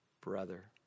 brother